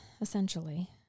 essentially